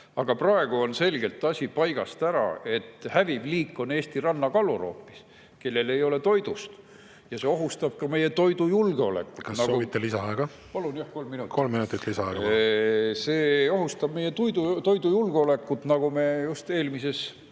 Aga praegu on selgelt asi paigast ära. Häviv liik on Eesti rannakalur hoopis, kellel ei ole toidust. Ja see ohustab ka meie toidujulgeolekut. Kas soovite lisaaega? Palun, jah, kolm minutit! Kolm minutit lisaaega. See ohustab meie toidujulgeolekut, nagu me just eelmises